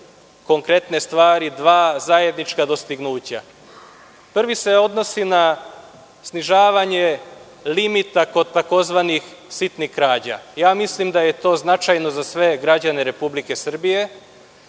konkretne stvari, dva zajednička dostignuća. Prvi se odnosi na snižavanje limita kod tzv. sitnih krađa. Mislim da je to značajno za sve građane Republike Srbije.